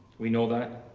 we know that.